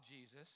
Jesus